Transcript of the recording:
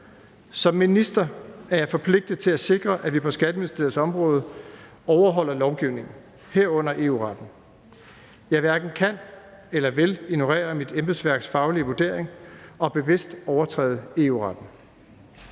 Som minister er jeg forpligtet til at sikre, at vi på Skatteministeriets område overholder lovgivningen, herunder EU-retten. Jeg hverken kan eller vil ignorere mit embedsværks faglige vurdering og bevidst overtræde EU-retten.